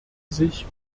sich